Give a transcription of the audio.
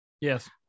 Yes